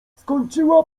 skończyła